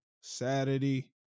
Saturday